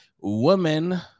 woman